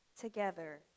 Together